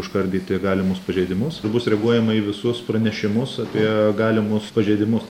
užkardyti galimus pažeidimus ir bus reaguojama į visus pranešimus apie galimus pažeidimus